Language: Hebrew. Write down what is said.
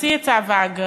תוציא את צו האגרה,